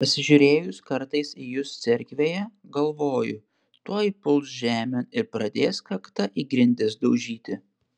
pasižiūrėjus kartais į jus cerkvėje galvoju tuoj puls žemėn ir pradės kakta į grindis daužyti